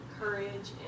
courage